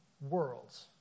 worlds